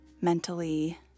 mentally